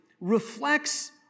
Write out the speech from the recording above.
reflects